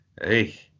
hey